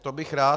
To bych rád.